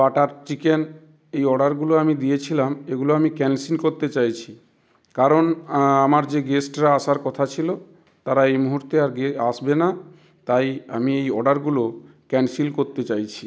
butter chicken এই অর্ডারগুলো আমি দিয়েছিলাম এগুলো আমি ক্যান্সিল করতে চাইছি কারণ আমার যে গেস্টরা আসার কথা ছিলো তারা এই মুহুর্তে আর গিয়ে আসবে না তাই আমি এই অর্ডার গুলো ক্যান্সিল করতে চাইছি